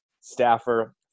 staffer